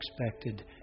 expected